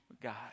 God